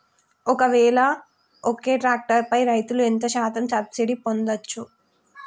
ఒక్కవేల ఒక్క ట్రాక్టర్ పై రైతులు ఎంత శాతం సబ్సిడీ పొందచ్చు?